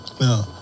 No